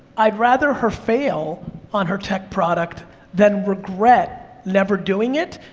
i'd rather her fail on her tech product than regret never doing it,